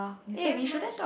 is there much